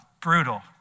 Brutal